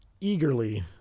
eagerly